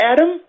Adam